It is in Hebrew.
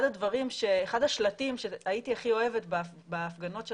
אחד השלטים שהייתי הכי אוהבת בהפגנות של